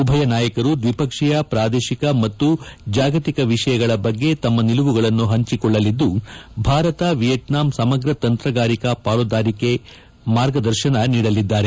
ಉಭಯ ನಾಯಕರು ದ್ವಿಪಕ್ಷೀಯ ಪ್ರಾದೇಶಿಕ ಮತ್ತು ಜಾಗತಿಕ ವಿಷಯಗಳ ಬಗ್ಗೆ ತಮ್ಮ ನಿಲುವುಗಳನ್ನು ಹಂಚಿಕೊಳ್ಳಲಿದ್ದು ಭಾರತ ವಿಯೆಟ್ನಾಂ ಸಮಗ್ರ ತಂತ್ರಗಾರಿಕಾ ಪಾಲುದಾರಿಕೆಗೆ ಮಾರ್ಗದರ್ಶನ ನೀಡಲಿದ್ದಾರೆ